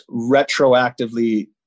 retroactively